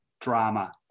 drama